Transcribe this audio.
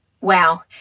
Wow